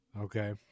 okay